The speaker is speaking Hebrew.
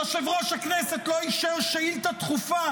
יושב-ראש הכנסת לא אישר שאילתה דחופה